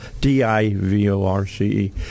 d-i-v-o-r-c-e